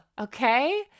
Okay